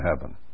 heaven